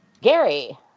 Gary